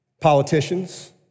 politicians